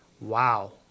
wow